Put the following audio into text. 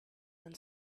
then